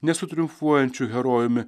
ne su triumfuojančiu herojumi